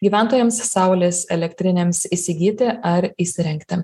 gyventojams saulės elektrinėms įsigyti ar įsirengti